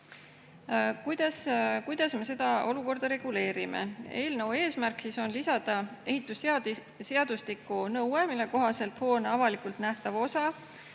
Kuidas me seda olukorda reguleerime? Eelnõu eesmärk on lisada ehitusseadustikku nõue, mille kohaselt hoone avalikult nähtav osa,